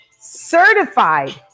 certified